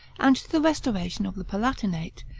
and to the restoration of the palatinate,